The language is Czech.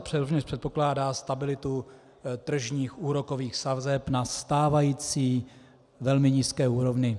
Prognóza rovněž předpokládá stabilitu tržních úrokových sazeb na stávající velmi nízké úrovni.